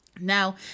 Now